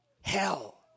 Hell